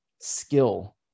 skill